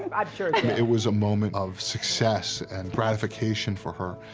um i'm sure it did. it was a moment of success and gratification for her.